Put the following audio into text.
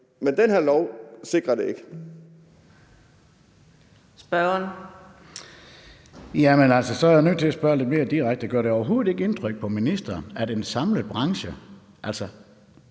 Men den her lov sikrer det ikke.